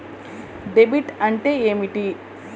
Debit అంటే ఏమిటి?